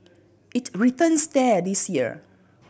it returns there this year